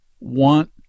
want